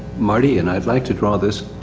marty and i'd like to draw this.